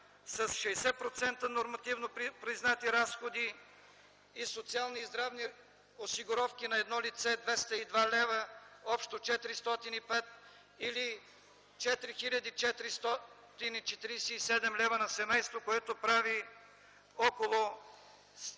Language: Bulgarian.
с 60% нормативно признати разходи, и социални и здравни осигуровки на едно лице 202 лв., общо 405 или 4447 лв. на семейство, което прави около